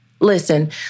Listen